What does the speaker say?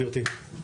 גברתי,